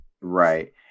Right